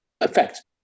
effect